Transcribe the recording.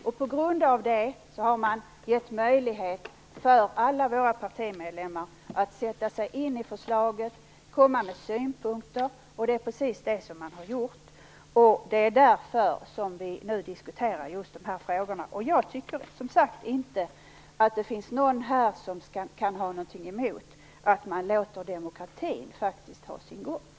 Därför har man gett möjlighet för alla våra partimedlemmar att sätta sig in i förslagen och komma med synpunkter, och det är precis det som man har gjort. Det är därför som vi nu diskuterar just dessa frågor. Jag tror inte att det kan finnas någon här som kan ha någonting emot att man låter demokratin ha sin gång.